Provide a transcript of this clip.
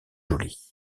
jolie